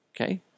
Okay